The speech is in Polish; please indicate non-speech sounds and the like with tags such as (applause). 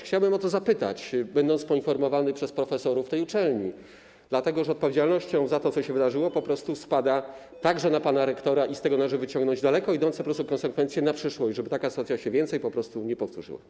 Chciałbym o to zapytać, będąc poinformowany przez profesorów tej uczelni, dlatego że odpowiedzialność za to, co się wydarzyło, (noise) spada także na pana rektora i z tego należy wyciągnąć daleko idące konsekwencje na przyszłość, żeby taka sytuacja się więcej nie powtórzyła.